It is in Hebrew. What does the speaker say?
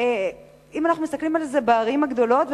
אם אנחנו מסתכלים על זה בערים הגדולות,